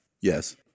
yes